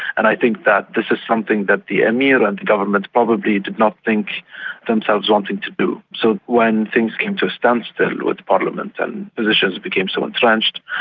and i think that this is something that the emir and the government probably did not think themselves wanting to do. so when things came to a standstill with parliament and positions became so entrenched,